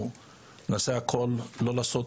נעשה הכל כדי לא להטיל